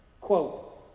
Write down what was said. quote